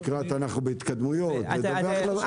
אנחנו בהתקדמויות לדווח.